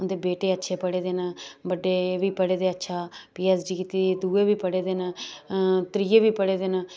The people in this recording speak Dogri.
उं'दे बेटे अच्छे पढ़े दे न बड्डे बी पढ़े दे अच्छा पी ऐच ड़ी कीती दी दूए बी पढ़े दे न त्रिये बी पढ़े दे न ते